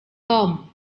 tom